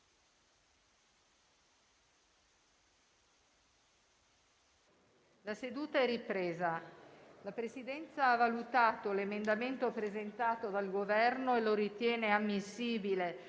una nuova finestra"). La Presidenza ha valutato l'emendamento presentato dal Governo e lo ritiene ammissibile